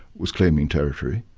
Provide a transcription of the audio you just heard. was claiming territory,